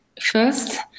first